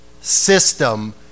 system